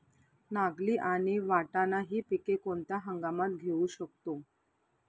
नागली आणि वाटाणा हि पिके कोणत्या हंगामात घेऊ शकतो?